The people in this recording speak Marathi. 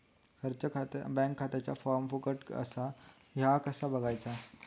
बँक खात्याचो फार्म फुकट असा ह्या कसा बगायचा?